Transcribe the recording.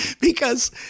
because-